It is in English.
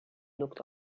looked